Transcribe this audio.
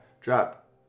drop